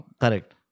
Correct